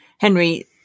Henry